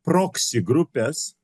proksi grupes